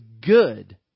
good